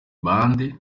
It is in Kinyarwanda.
bande